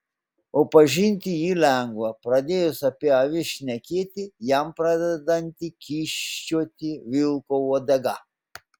o pažinti jį lengva pradėjus apie avis šnekėti jam pradedanti kyščioti vilko uodega